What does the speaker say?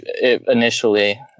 initially